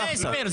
אז זה הסבר שלך.